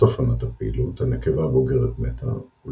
בסוף עונת הפעילות הנקבה הבוגרת מתה,